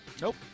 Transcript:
Nope